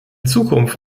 zukunft